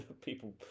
people